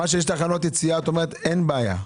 את אומרת שתחנות יציאה אין בעיה.